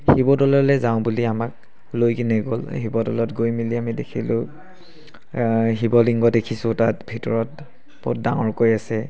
শিৱদৌললৈ যাওঁ বুলি আমাক লৈ কিনে গ'ল শিৱদৌলত গৈ মেলি আমি দেখিলোঁ শিৱলিংগ দেখিছোঁ তাত ভিতৰত বহুত ডাঙৰকৈ আছে